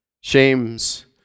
Shame's